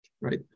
right